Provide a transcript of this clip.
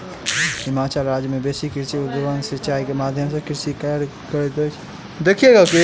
हिमाचल राज्य मे बेसी कृषक उद्वहन सिचाई के माध्यम सॅ कृषि कार्य करैत अछि